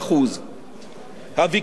הוויכוח המקצוע היחידי